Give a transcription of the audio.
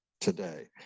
today